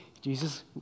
Jesus